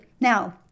Now